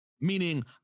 meaning